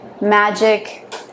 Magic